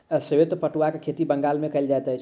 श्वेत पटुआक खेती बंगाल मे कयल जाइत अछि